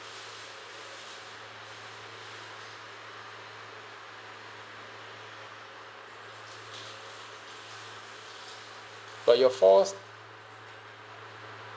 but you're forced